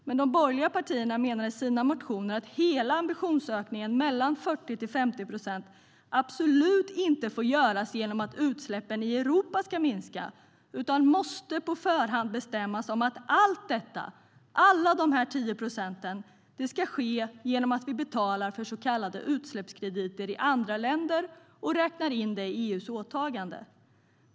Men de borgerliga partierna menar i sina motioner att hela ambitionsökningen från 40 till 50 procent absolut inte får göras genom att utsläppen i Europa ska minska, utan det måste på förhand bestämmas att alla de 10 procenten ska ske genom att vi betalar för så kallade utsläppskrediter i andra länder och räknar in det i EU:s åtagande.